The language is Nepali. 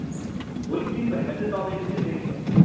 ल ल भोलि दिनभरिमा चाहिँ तपाईँले चाहिँ रेडी गरिदिनुहोस्